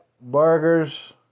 burgers